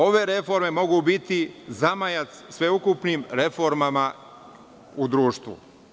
Ove reforme mogu biti zamajac sveukupnim reformama u društvu.